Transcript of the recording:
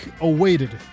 awaited